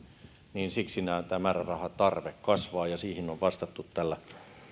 niin siksi tämä määrärahatarve kasvaa ja siihen on vastattu tällä